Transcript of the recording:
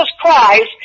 Christ